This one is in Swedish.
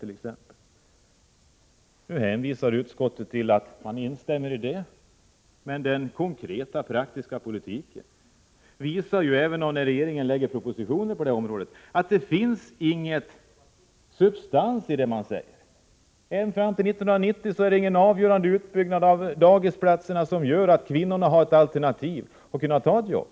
Nu instämmer utskottet i det, men den konkreta praktiska politiken visar att även när regeringen lägger propositioner på detta område finns det ingen substans i det man säger. För så lång tid som fram till 1990 saknas en planering för en avgörande utbyggnad av antalet dagisplatser, som skulle ge kvinnorna valfrihet att ta eller inte ta ett jobb.